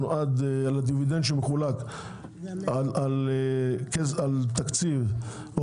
אנחנו עד לדיבידנד שמחולק על תקציב או